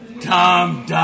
Tom